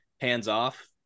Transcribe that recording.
hands-off